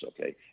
okay